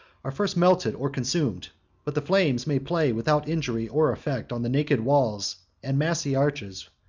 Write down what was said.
are first melted or consumed but the flames may play without injury or effect on the naked walls, and massy arches,